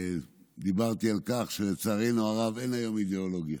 דיברתי על כך שלצערנו הרב, אין היום אידיאולוגיה.